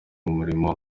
mirimo